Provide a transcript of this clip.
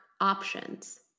options